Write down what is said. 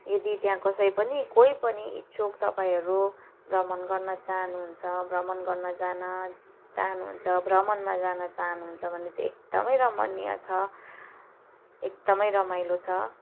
यदि त्यहाँ कसै पनि कोही पनि इच्छुक तपाईँहरू भ्रमण गर्न चाहनु हुन्छ भ्रमण गर्न जान चाहनु हुन्छ भ्रमणमा जान चाहनु हुन्छ भने चाहिँ एकदमै रमणीय छ एकदमै रमाइलो छ